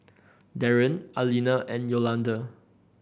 Darron Alina and Yolonda